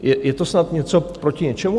Je to snad něco proti něčemu?